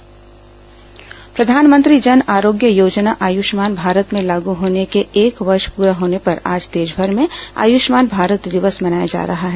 प्रधानमंत्री जन आरोग्य योजना प्रधानमंत्री जन आरोग्य योजना आयुष्मान भारत के लागू होने के एक वर्ष पूरा होने पर आज देशभर में आयुष्मान भारत दिवस मनाया जा रहा है